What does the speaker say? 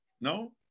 No